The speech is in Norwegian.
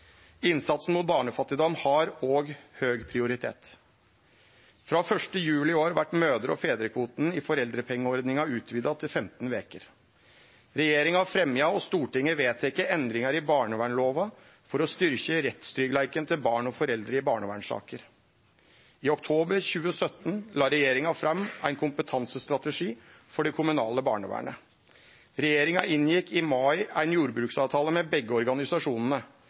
Innsatsen mot barnefattigdom har òg høg prioritet. Frå 1. juli i år vart mødre- og fedrekvoten i foreldrepengeordninga utvida til 15 veker. Regjeringa har fremja og Stortinget vedteke endringar i barnevernslova for å styrkje rettstryggleiken til barn og foreldre i barnevernssaker. I oktober 2017 la regjeringa fram ein kompetansestrategi for det kommunale barnevernet. Regjeringa inngjekk i mai ein jordbruksavtale med begge organisasjonane.